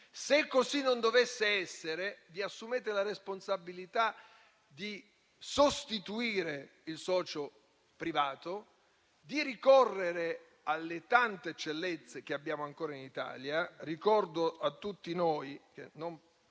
Se così non dovesse essere, vi assumete la responsabilità di sostituire il socio privato, di ricorrere alle tante eccellenze che abbiamo ancora in Italia. Ricordo a tutti noi,